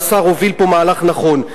והשר הוביל פה מהלך נכון,